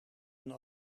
aan